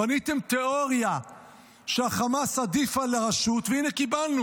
בניתם תיאוריה שחמאס עדיף על הרשות, והינה קיבלנו